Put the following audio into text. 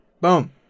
Boom